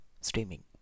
streaming